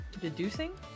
Deducing